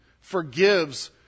forgives